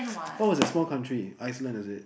what was a small country Iceland is it